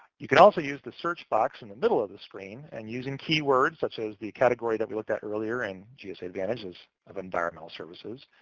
you can also use the search box in the middle of the screen, and using keywords, such as the category that we looked at earlier in gsa advantage of environmental services,